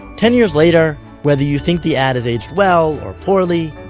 ten years later, whether you think the ad has aged well or poorly,